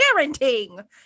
parenting